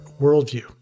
worldview